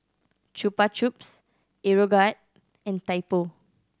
Chupa Chups Aeroguard and Typo